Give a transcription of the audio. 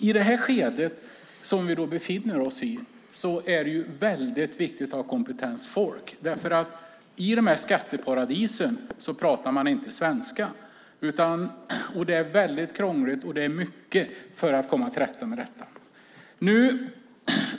I det skede som vi befinner oss i är det väldigt viktigt att ha kompetent folk, för i skatteparadisen pratar man inte svenska. Det är väldigt krångligt, och det behövs mycket för att komma till rätta med detta.